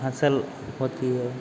फसल होती है